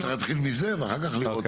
אתה אומר, פה